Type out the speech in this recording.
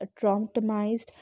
traumatized